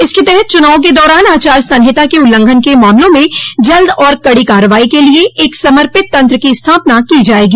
इसके तहत चुनाव के दौरान आचार संहिता के उल्लंघन के मामलों में जल्द और कड़ी कार्रवाई के लिए एक समर्पित तंत्र की स्थापना की जाएगी